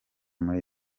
muri